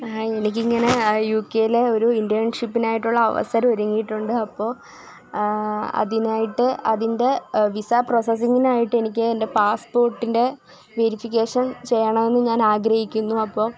എനിക്ക് ഇങ്ങനെ യു കെയിലെ ഒരു ഇൻറേർൺഷിപ്പിനായിട്ടുള്ള അവസരം ഒരുങ്ങിയിട്ടുണ്ട് അപ്പോൾ അതിനായിട്ട് അതിൻ്റെ വിസ പ്രോസസിങ്ങിനായിട്ട് എനിക്ക് എൻ്റെ പാസ്സ്പോർട്ടിൻറെ വേരിഫിക്കേഷൻ ചെയ്യണമെന്ന് ഞാൻ ആഗ്രഹിക്കുന്നു അപ്പം